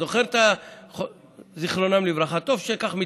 טוב שכך,